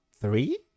three